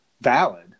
valid